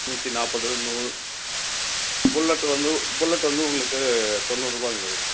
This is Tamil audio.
நூற்றி நாற்பது புல்லெட்டு வந்து புல்லெட்டு வந்து உங்களுக்கு தொண்ணூறுபா கிட்டே வரும் சார்